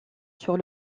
sur